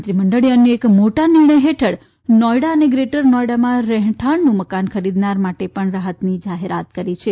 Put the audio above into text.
મંત્રી મંડળે અન્ય એક મોટા નિર્ણય હેઠળ નોથડા અને ગ્રેટર નોથડામાં રહેઠાણનું મકાન ખરીદનારા માટે પણ રાહતની જાહેરાત કરી છે